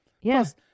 Yes